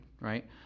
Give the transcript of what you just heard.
right